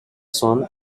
son